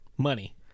money